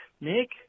Nick